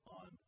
on